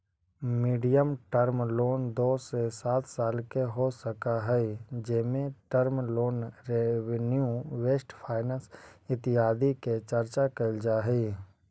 medium term loan दो से सात साल के हो सकऽ हई जेमें term loan revenue best finance इत्यादि के चर्चा कैल जा हई